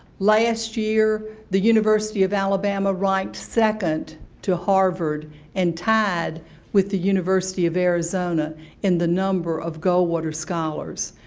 last year, the university of alabama ranked second to harvard and tied with the university of arizona in the number of goldwater scholars.